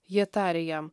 jie tarė jam